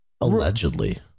Allegedly